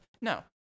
No